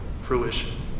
fruition